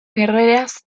guerreras